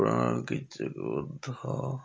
ପ୍ରଣୟ କିଚକବଧ